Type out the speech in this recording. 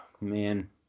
man